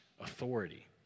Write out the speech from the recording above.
authority